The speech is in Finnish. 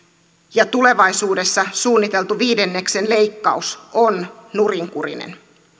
ja tulevaisuudessa suunniteltu viidenneksen leikkaus on nurinkurinen